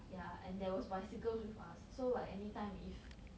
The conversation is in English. yeah and there was bicycles with us so like anytime if